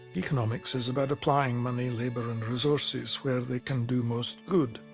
economics is about applying money labor and resources where they can do most good.